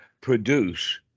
produce